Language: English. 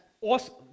awesome